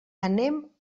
anem